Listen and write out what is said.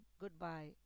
Goodbye